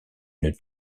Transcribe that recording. une